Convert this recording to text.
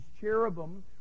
cherubim